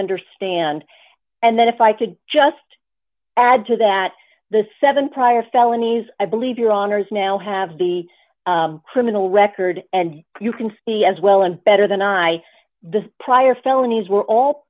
understand and that if i could just add to that the seven prior felonies i believe your honors now have the criminal record and you can see as well and better than i the prior felonies were all